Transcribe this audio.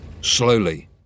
slowly